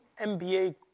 MBA